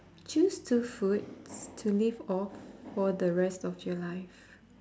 choose two foods to live off for the rest of your life